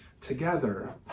together